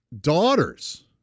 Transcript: daughters